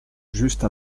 juste